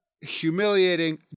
humiliating